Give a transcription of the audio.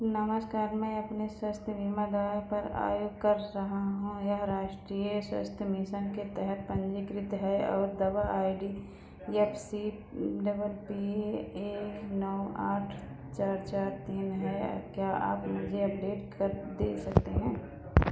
नमस्कार मैं अपने स्वस्थ बीमा दवाई पर कर रहा हूँ यह राष्ट्रीय स्वास्थ्य मिशन के तहत पंजीकृत है और दवा I D F C double P एक नौ आठ चार चार तीन है क्या आप मुझे अपडेट कर दे सकते हैं